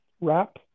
wrap